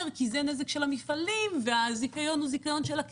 כי הנזק הוא של המפעלים והזיכיון הוא של הכרייה,